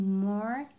more